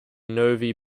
novi